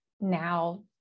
now